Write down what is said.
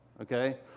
okay